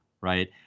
right